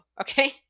okay